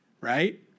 right